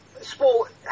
sport